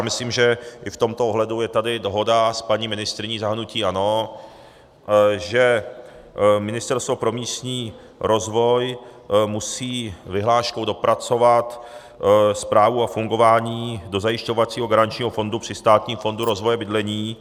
Myslím si, že i v tomto ohledu je tady dohoda s paní ministryní za hnutí ANO, že Ministerstvo pro místní rozvoj musí vyhláškou dopracovat správu a fungování dozajišťovacího garančního fondu při Státním fondu rozvoje bydlení.